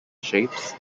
shapes